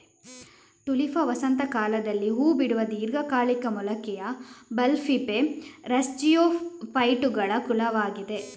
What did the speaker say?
Tulipa ವಸಂತ ಕಾಲದಲ್ಲಿ ಹೂ ಬಿಡುವ ದೀರ್ಘಕಾಲಿಕ ಮೂಲಿಕೆಯ ಬಲ್ಬಿಫೆರಸ್ಜಿಯೋಫೈಟುಗಳ ಕುಲವಾಗಿದೆ